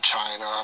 China